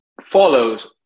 follows